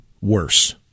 worse